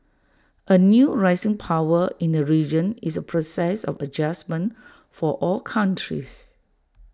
A new rising power in the region is A process of adjustment for all countries